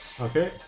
Okay